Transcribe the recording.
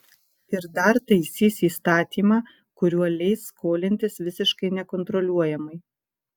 ir dar taisys įstatymą kuriuo leis skolintis visiškai nekontroliuojamai